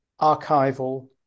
archival